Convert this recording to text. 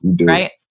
Right